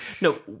No